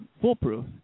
foolproof